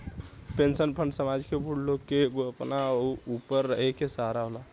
pension fund समाज के बूढ़ लोग ला एगो अपना ऊपर रहे के सहारा होला